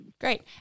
Great